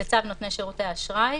לצו נותני שירותי אשראי.